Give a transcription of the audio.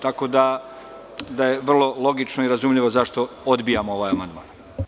Tako da je vrlo logično i razumljivo zašto odbijamo ovaj amandman.